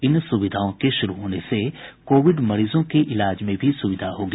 इन सुविधाओं के शुरू होने से कोविड मरीजों के इलाज में भी सुविधा होगी